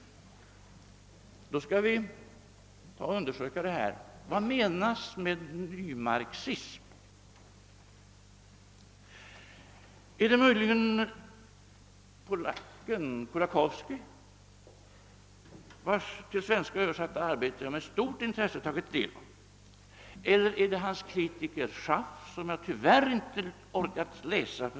Då skall vi undersöka vad som menas med nymarxism. Är det möjligen den uppfattning som företräds av polacken Kolakowski, vars till svenska översatta arbete jag med stort intresse tagit del av, eller är det den uppfattning som företräds av hans kritiker Schaff, som jag tyvärr inte orkat läsa?